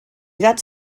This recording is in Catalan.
gats